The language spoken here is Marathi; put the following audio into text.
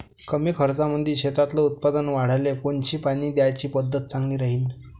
कमी खर्चामंदी शेतातलं उत्पादन वाढाले कोनची पानी द्याची पद्धत चांगली राहीन?